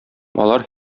алар